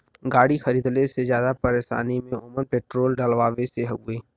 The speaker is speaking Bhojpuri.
गाड़ी खरीदले से जादा परेशानी में ओमन पेट्रोल डलवावे से हउवे